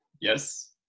Yes